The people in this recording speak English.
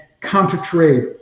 counter-trade